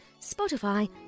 Spotify